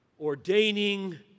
ordaining